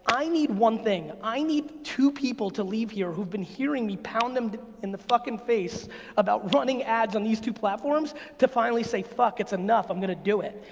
i need one thing. i need two people to leave here who've been hearing me pound em in the fucking face about running ads on these two platforms to finally say, fuck it's enough, i'm gonna do it.